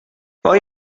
hoy